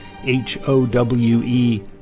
H-O-W-E